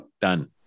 Done